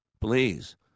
Please